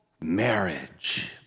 marriage